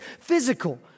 physical